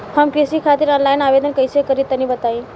हम कृषि खातिर आनलाइन आवेदन कइसे करि तनि बताई?